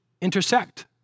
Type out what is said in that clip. intersect